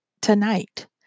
tonight